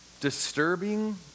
disturbing